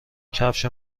کفش